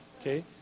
okay